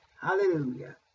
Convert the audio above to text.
Hallelujah